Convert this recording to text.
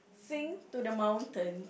sing to the mountain